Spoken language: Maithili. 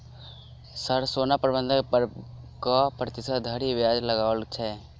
सर सोना बंधक पर कऽ प्रतिशत धरि ब्याज लगाओल छैय?